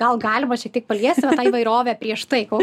gal galima šiek tiek paliesim tą įvairovę prieš tai kol